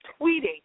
tweeting